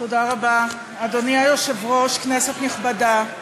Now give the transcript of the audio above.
אדוני היושב-ראש, תודה רבה, כנסת נכבדה,